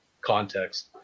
context